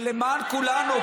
זה למען כולנו,